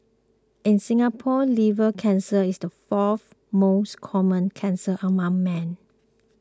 in Singapore liver cancer is the fourth most common cancer among men